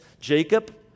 Jacob